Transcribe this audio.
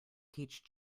teach